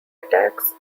attacks